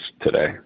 today